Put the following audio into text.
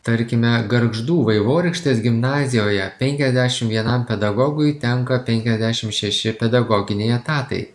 tarkime gargždų vaivorykštės gimnazijoje penkiasdešim vienam pedagogui tenka penkiasdešim šeši pedagoginiai etatai